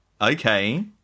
Okay